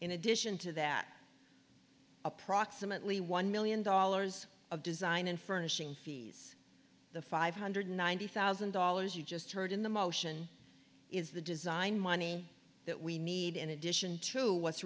in addition to that approximately one million dollars of design and furnishing fees the five hundred ninety thousand dollars you just heard in the motion is the design money that we need in addition to what's